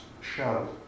show